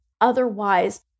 otherwise